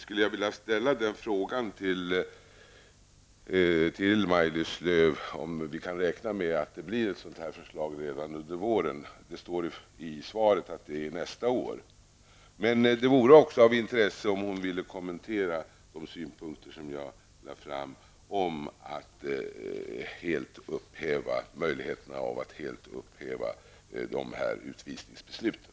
Kan vi, Maj-Lis Lööw, räkna med det? I svaret står att ett förslag läggs fram nästa år. Men det vore också intressant om Maj-Lis Lööw ville kommentera mina synpunkter om möjligheterna att helt upphäva utvisningsbesluten.